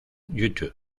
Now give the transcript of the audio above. youtube